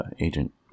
agent